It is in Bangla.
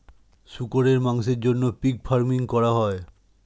শুকরের মাংসের জন্য পিগ ফার্মিং করা হয়